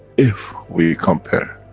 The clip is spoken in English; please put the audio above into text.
if we compare